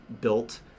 built